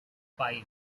five